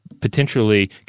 potentially